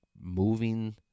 moving